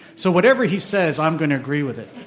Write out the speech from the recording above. so whatever he says i'm going to agree with it.